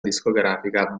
discografica